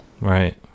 right